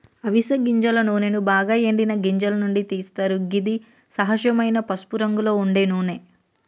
అవిస గింజల నూనెను బాగ ఎండిన గింజల నుండి తీస్తరు గిది సహజమైన పసుపురంగులో ఉండే నూనె